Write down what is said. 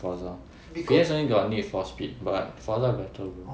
Forza P_S only got need for speed but Forza better